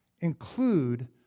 include